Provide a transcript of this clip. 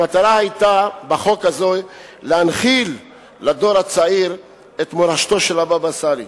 המטרה בחוק הזה היתה להנחיל לדור הצעיר את מורשתו של הבבא סאלי,